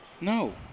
No